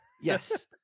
Yes